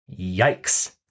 Yikes